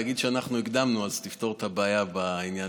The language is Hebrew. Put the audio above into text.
תגיד שאנחנו הקדמנו, אז תפתור את הבעיה בעניין,